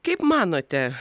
kaip manote